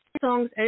songs